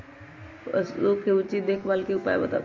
पशु के उचित देखभाल के उपाय बताऊ?